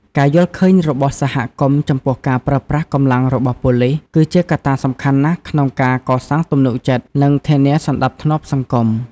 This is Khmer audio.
ការយល់ឃើញរបស់សហគមន៍ចំពោះការប្រើប្រាស់កម្លាំងរបស់ប៉ូលីស គឺជាកត្តាសំខាន់ណាស់ក្នុងការកសាងទំនុកចិត្ត និងធានាសណ្តាប់ធ្នាប់សង្គម។